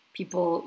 people